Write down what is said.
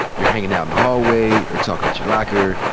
you're hanging out in the hallway or talking at your locker,